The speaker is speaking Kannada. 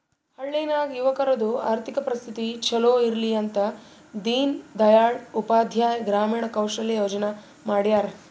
ಹಳ್ಳಿ ನಾಗ್ ಯುವಕರದು ಆರ್ಥಿಕ ಪರಿಸ್ಥಿತಿ ಛಲೋ ಇರ್ಲಿ ಅಂತ ದೀನ್ ದಯಾಳ್ ಉಪಾಧ್ಯಾಯ ಗ್ರಾಮೀಣ ಕೌಶಲ್ಯ ಯೋಜನಾ ಮಾಡ್ಯಾರ್